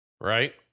right